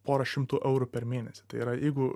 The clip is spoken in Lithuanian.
pora šimtų eurų per mėnesį tai yra jeigu